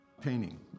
painting